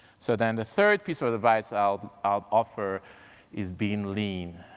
so then the third piece of of advice i'll i'll offer is being lean.